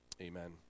Amen